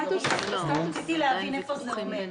רציתי להבין איפה זה עומד.